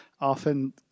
often